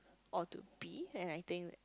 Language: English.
or to be and I think